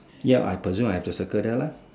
ya I presume I have to circle that lah